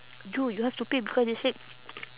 you you have to pay because they said